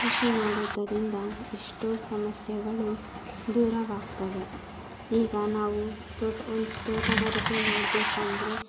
ಕೃಷಿ ಮಾಡುವುದರಿಂದ ಎಷ್ಟೋ ಸಮಸ್ಯೆಗಳು ದೂರವಾಗ್ತವೆ ಈಗ ನಾವು ತೋಟ ತೋಟಗಾರಿಕೆ ಮಾಡಬೇಕಂದ್ರೆ